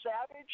Savage